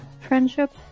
friendship